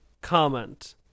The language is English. comment